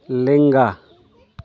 ᱞᱮᱸᱜᱟ